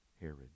Herod